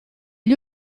gli